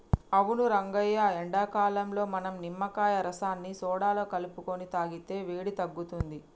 అవును రంగయ్య ఎండాకాలంలో మనం నిమ్మకాయ రసాన్ని సోడాలో కలుపుకొని తాగితే వేడి తగ్గుతుంది